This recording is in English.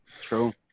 True